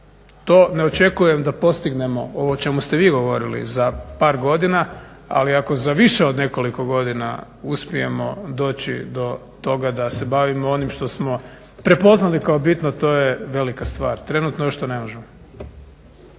To ne očekujem da postignemo ovo o čemu ste vi govorili za par godina, ali ako za više od nekoliko godina uspijemo doći do toga da se bavimo onim što smo prepoznali kao bitno to je velika stvar, trenutno je ono što ne možemo.